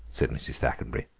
said mrs. thackenbury.